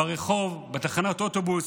ברחוב ובתחנות אוטובוס.